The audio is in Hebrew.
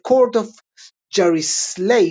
כוללת את השיר "The Court of Jarisleif"